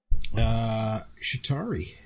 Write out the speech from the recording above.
Shatari